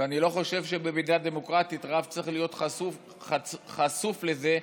ואני לא חושב שבמדינה דמוקרטית רב צריך להיות חשוף לזה.